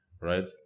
right